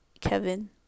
kevin